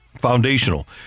foundational